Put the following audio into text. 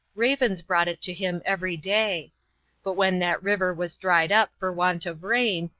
ravens brought it to him every day but when that river was dried up for want of rain,